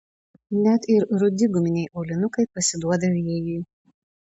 net ir rudi guminiai aulinukai pasiduoda vėjui